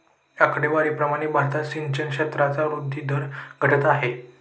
आकडेवारी प्रमाणे भारतात सिंचन क्षेत्राचा वृद्धी दर घटत आहे